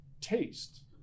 taste